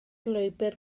lwybr